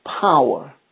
power